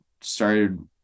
started